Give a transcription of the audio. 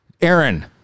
Aaron